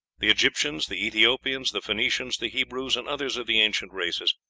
the egyptians, the ethiopians, the phoenicians, the hebrews, and others of the ancient races,